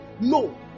No